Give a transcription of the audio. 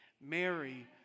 Mary